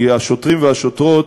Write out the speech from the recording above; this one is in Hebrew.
כי השוטרים והשוטרות,